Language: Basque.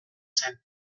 zen